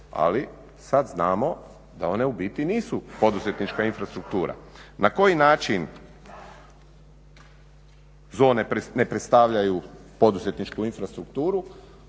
ali sad znamo da one u biti nisu poduzetnička infrastruktura. Na koji način zone ne predstavljaju poduzetničku infrastrukturu